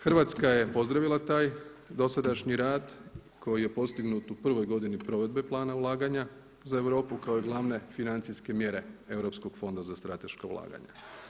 Hrvatska je pozdravila taj dosadašnji rad koji je postignut u prvoj godini provedbe plana ulaganja za Europu kao i glavne financijske mjere europskog Fonda za strateška ulaganja.